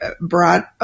brought